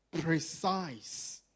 precise